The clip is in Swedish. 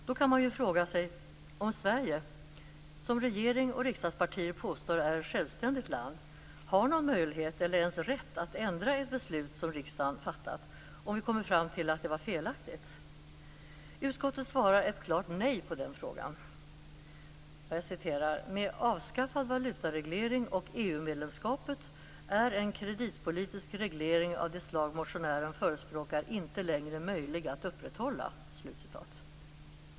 Då kan man ju fråga sig om Sverige, som regering och riksdagspartier påstår är ett självständigt land, har någon möjlighet eller ens rätt att ändra ett beslut som riksdagen fattat, om vi kommer fram till att det var felaktigt. Utskottets svar är ett klart nej på den frågan. Jag citerar: "Med avskaffad valutareglering och EU medlemskapet är en kreditpolitisk reglering av det slag motionären förespråkar inte längre möjlig att upprätthålla."